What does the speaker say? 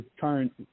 current